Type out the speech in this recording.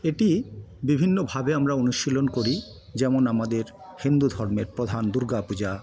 এটি বিভিন্নভাবে আমরা অনুশীলন করি যেমন আমাদের হিন্দু ধর্মের প্রধান দূর্গা পূজা